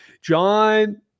John